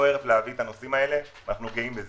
להביא את הנוסעים האלה ואנחנו גאים בזה.